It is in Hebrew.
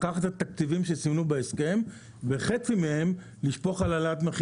לקחת את התקציבים שסימנו בהסכם וחצי מהם לשפוך על העלאת מחיר המים.